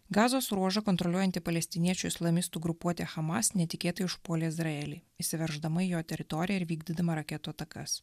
gazos ruožą kontroliuojanti palestiniečių islamistų grupuotė hamas netikėtai užpuolė izraelį įsiverždama į jo teritoriją ir vykdydama raketų atakas